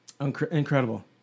Incredible